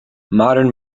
modern